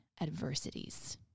adversities